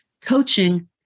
coaching